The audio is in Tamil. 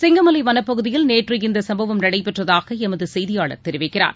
சிங்கமலை வனப்பகுதியில் நேற்று இந்த சும்பவம் நடைபெற்றதாக எமது செய்தியாளர் தெரிவிக்கிறார்